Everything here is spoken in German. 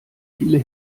viele